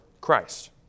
Christ